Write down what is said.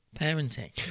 parenting